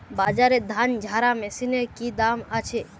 বাজারে ধান ঝারা মেশিনের কি দাম আছে?